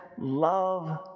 love